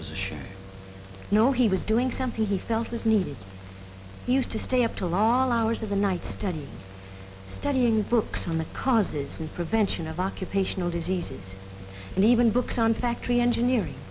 know he was doing something he felt was needed he used to stay up till all hours of the night studied studying books on the causes and prevention of occupational diseases and even books on factory engineering